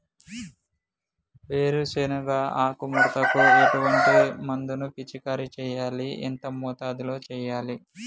వేరుశెనగ ఆకు ముడతకు ఎటువంటి మందును పిచికారీ చెయ్యాలి? ఎంత మోతాదులో చెయ్యాలి?